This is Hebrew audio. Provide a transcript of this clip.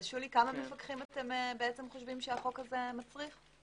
שולי, כמה מפקחים אתם חושבים שהחוק הזה מצריך?